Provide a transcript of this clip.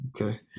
okay